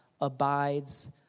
abides